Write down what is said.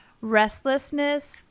Restlessness